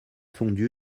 fondue